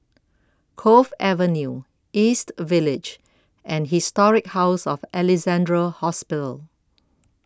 Cove Avenue East Village and Historic House of Alexandra Hospital